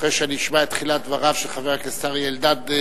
אחרי שאני אשמע את תחילת דבריו של חבר הכנסת אריה אלדד,